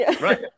Right